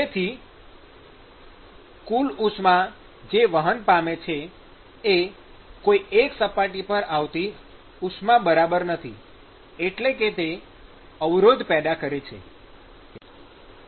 તેથી કુલ ઉષ્મા જે વહન પામે છે એ કોઈ એક સપાટી પર આવતી ઉષ્મા બરાબર નથી એટલે કે તે અવરોધ પેદા કરે છે